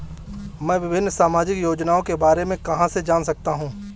मैं विभिन्न सामाजिक योजनाओं के बारे में कहां से जान सकता हूं?